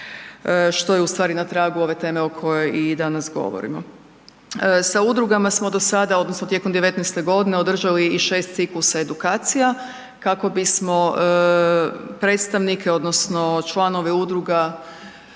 što je ustvari na tragu ove teme o kojoj i danas govorimo. Sa udrugama smo do sada, odnosno tijekom '19. g. održali i 6 ciklusa edukacija kako bismo predstavnike odnosno članove udruga,